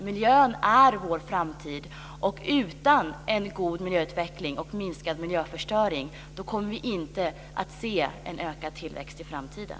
Miljön är vår framtid. Utan en god miljöutveckling och minskad miljöförstöring kommer vi inte att få en ökad tillväxt i framtiden.